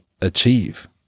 achieve